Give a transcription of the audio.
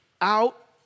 out